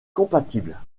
compatibles